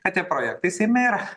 kad tie projektai seime yra